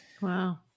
Wow